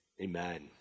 Amen